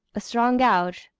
a strong gouge,